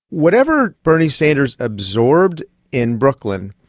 whatever bernie sanders absorbed in brooklyn,